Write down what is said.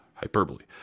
Hyperbole